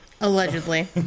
Allegedly